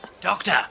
Doctor